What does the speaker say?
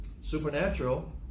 supernatural